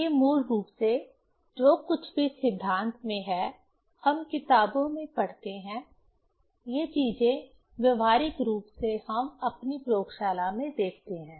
ये मूल रूप से जो कुछ भी सिद्धांत में हैं हम किताबों में पढ़ते हैं ये चीजें व्यावहारिक रूप से हम अपनी प्रयोगशाला में देखते हैं